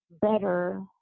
better